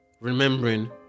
remembering